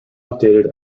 updated